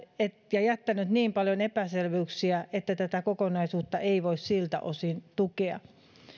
on jättänyt niin paljon epäselvyyksiä että tätä kokonaisuutta ei voi siltä osin tukea